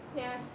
ya